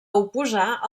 oposar